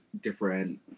different